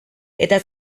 eta